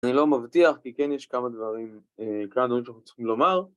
אני לא מבטיח, כי כן יש כמה דברים כאן שאנחנו צריכים לומר.